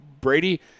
Brady